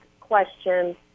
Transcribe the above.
question